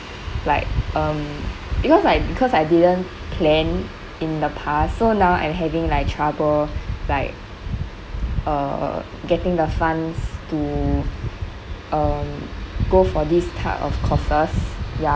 like um because I because I didn't plan in the past so now I'm having like trouble like uh getting the funds to um go for this type of courses ya